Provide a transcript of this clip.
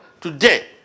Today